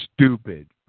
stupid